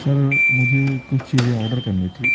سر مجھے کچھ چیزیں آڈر کرنی تھی